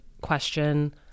question